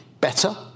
better